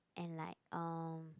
and like uh